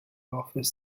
office